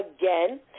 again